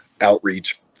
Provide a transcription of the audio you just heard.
outreach